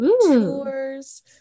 tours